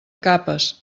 capes